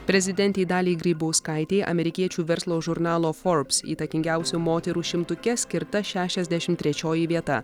prezidentei daliai grybauskaitei amerikiečių verslo žurnalo forbes įtakingiausių moterų šimtuke skirta šešiasdešimt trečioji vieta